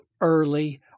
early